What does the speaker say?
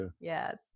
Yes